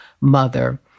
mother